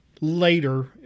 later